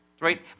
Right